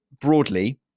broadly